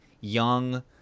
young